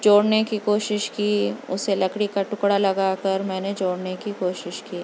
جوڑنے کی کوشش کی اُسے لکڑی کا ٹکڑا لگا کر میں نے جوڑنے کی کوشش کی